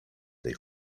tej